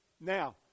Now